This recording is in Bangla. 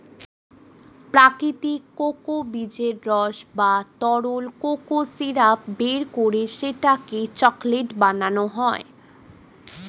প্রাকৃতিক কোকো বীজের রস বা তরল কোকো সিরাপ বের করে সেটাকে চকলেট বানানো হয়